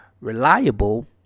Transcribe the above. Reliable